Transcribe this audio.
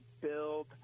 build